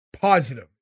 positive